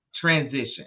transition